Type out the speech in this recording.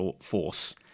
force